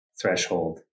threshold